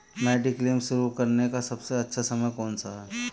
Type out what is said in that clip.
Mediclaim शुरू करने का सबसे अच्छा समय कौनसा है?